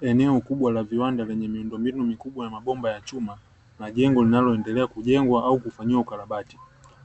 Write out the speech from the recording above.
Eneo kubwa la viwanda lenye miundombinu mikubwa ya mabomba ya chuma, na jengo linaloendelea kujengwa au kufanyiwa ukarakabati,